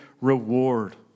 reward